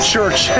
church